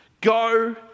Go